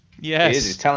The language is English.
Yes